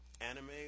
anime